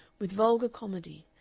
with vulgar comedy,